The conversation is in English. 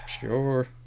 Sure